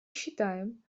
считаем